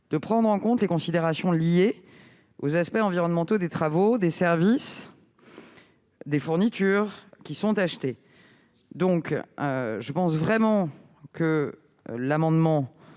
de prendre en compte les considérations liées aux aspects environnementaux des travaux, des services et des fournitures qui sont achetées. Certes, ces amendements